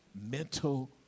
mental